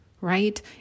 right